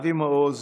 אבי מעוז